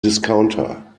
discounter